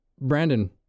Brandon